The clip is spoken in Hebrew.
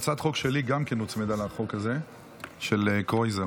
גם הצעת חוק שלי הוצמדה לחוק הזה של קרויזר.